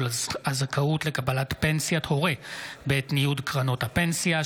הזכאות לקבלת פנסיית הורה בעת ניוד קרנות הפנסיה,